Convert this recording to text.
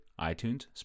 iTunes